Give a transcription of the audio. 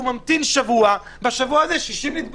הוא ממתין שבוע, ובשבוע הזה 60 אנשים נדבקים.